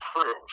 prove